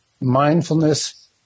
Mindfulness